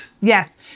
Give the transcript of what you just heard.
Yes